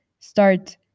start